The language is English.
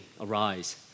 arise